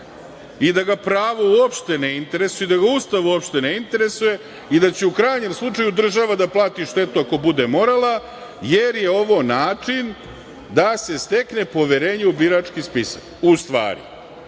i da ga pravo uopšte ne interesuje, da ga Ustav uopšte ne interesuje i da će u krajnjem slučaju država da plati štetu ako bude morala, jer je ovo način da se stekne poverenje u birački spisak. U stvari,